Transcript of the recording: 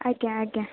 ଆଜ୍ଞା ଆଜ୍ଞା